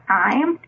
time